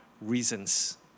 reasons